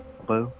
Hello